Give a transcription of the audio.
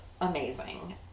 amazing